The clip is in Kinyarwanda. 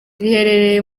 riherereye